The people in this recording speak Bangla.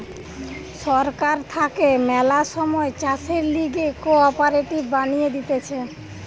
সরকার থাকে ম্যালা সময় চাষের লিগে কোঅপারেটিভ বানিয়ে দিতেছে